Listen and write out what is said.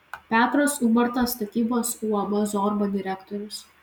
petras ubartas statybos uab zorba direktorius